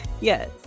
yes